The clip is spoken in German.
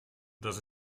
das